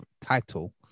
title